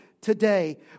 today